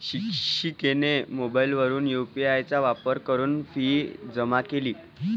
शिक्षिकेने मोबाईलवरून यू.पी.आय चा वापर करून फी जमा केली